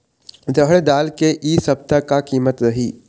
रहड़ दाल के इ सप्ता का कीमत रही?